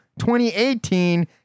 2018